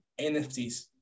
NFTs